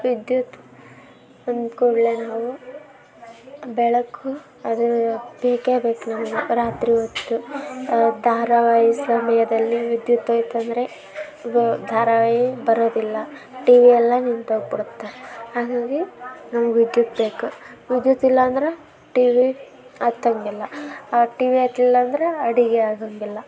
ವಿದ್ಯುತ್ ಅಂದ ಕೂಡಲೇ ನಾವು ಬೆಳಕು ಅದು ಬೇಕೇ ಬೇಕು ನಮಗೆ ರಾತ್ರಿ ಹೊತ್ತು ಧಾರಾವಾಹಿ ಸಮಯದಲ್ಲಿ ವಿದ್ಯುತ್ ಹೊಯ್ತ್ ಅಂದರೆ ಧಾರಾವಾಹಿ ಬರೋದಿಲ್ಲ ಟಿವಿಯೆಲ್ಲ ನಿಂತೋಗಿಬಿಡತ್ತೆ ಹಾಗಾಗಿ ನಮ್ಗೆ ವಿದ್ಯುತ್ ಬೇಕು ವಿದ್ಯುತ್ ಇಲ್ಲ ಅಂದ್ರೆ ಟಿವಿ ಹತ್ತಂಗಿಲ್ಲ ಟಿವಿ ಹತ್ಲಿಲ್ಲ ಅಂದ್ರೆ ಅಡುಗೆ ಆಗಂಗಿಲ್ಲ